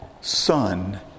son